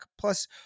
Plus-